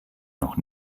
noch